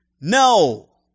no